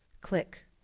Click